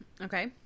Okay